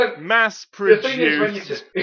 mass-produced